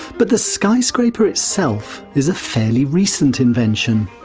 but the skyscraper itself is a fairly recent invention.